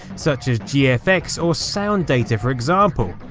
such as gfx or sound data for example.